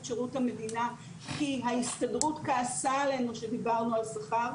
שירות המדינה כי ההסתדרות כעסה עלינו שדיברנו על שכר?